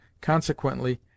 Consequently